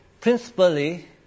principally